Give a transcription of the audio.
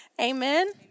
Amen